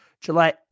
July